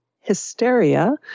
hysteria